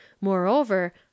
moreover